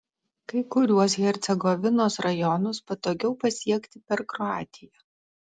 kai kuriuos hercegovinos rajonus patogiau pasiekti per kroatiją